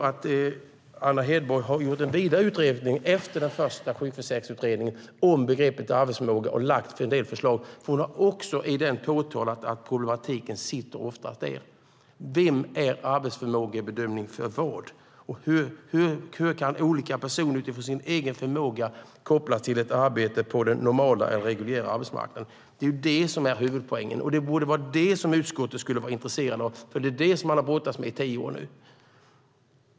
Anna Hedborg har också gjort en vidare utredning efter den första sjukförsäkringsutredningen om begreppet arbetsförmåga och lagt fram en del förslag, för hon har i den utredningen påtalat att problematiken oftast sitter där. Vem är arbetsförmågebedömd för vad och hur kan olika personer utifrån sin egen förmåga kopplas till ett arbete på den normala eller reguljära arbetsmarknaden? Det är det som är huvudpoängen, och det borde vara det som utskottet är intresserat av, för det är det som man har brottats med i tio år nu.